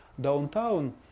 downtown